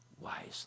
wisely